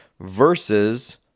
versus